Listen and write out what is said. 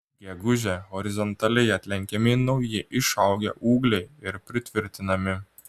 gegužę horizontaliai atlenkiami nauji išaugę ūgliai ir pritvirtinami